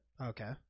Okay